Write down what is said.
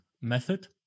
method